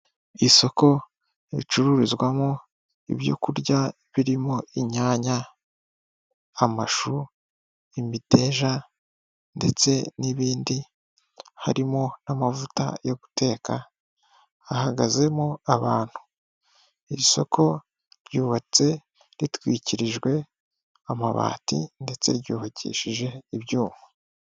Isoko ricururizwamo ibyokurya birimo, inyanya, amashu, imiteja ndetse n'ibindi harimo n'amavuta yo guteka hahagazemo abantu. Iri soko ryubatse ritwikirijwe amabati ndetse ryubakishije ibyuma.